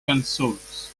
consoles